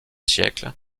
siècle